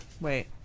wait